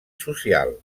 social